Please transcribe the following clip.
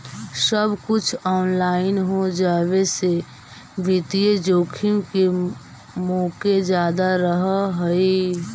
सब कुछ ऑनलाइन हो जावे से वित्तीय जोखिम के मोके जादा रहअ हई